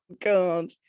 God